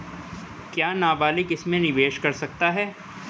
क्या नाबालिग इसमें निवेश कर सकता है?